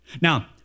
Now